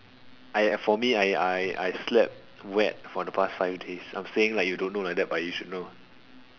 I for me I I I slept wet for the past five days I'm saying like you don't know like that but you should know